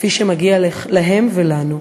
כפי שמגיע להם ולנו.